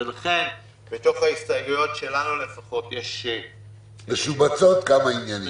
ולכן בהסתייגויות שלנו לפחות --- משובצות כמה ענייניות.